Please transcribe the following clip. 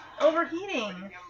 overheating